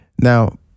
Now